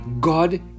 God